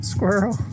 Squirrel